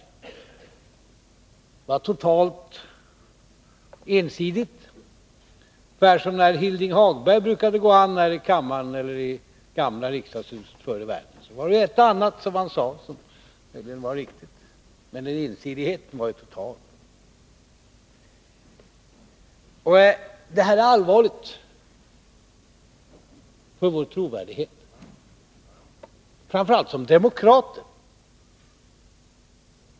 Men det var totalt ensidigt — ungefär som när Hilding Hagberg brukade gå an i gamla riksdagshuset förr i världen, då ett och annat av det han sade var riktigt men ensidigheten ju var total. Detta är allvarligt för vår trovärdighet — framför allt som demokrater.